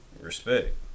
respect